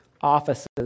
offices